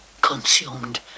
consumed